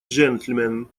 джентльмен